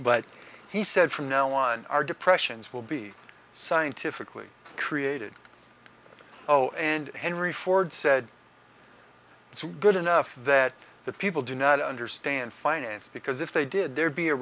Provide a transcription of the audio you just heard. but he said from now on our depressions will be scientifically created oh and henry ford said it's good enough that the people do not understand finance because if they did there'd be a